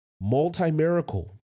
Multi-miracle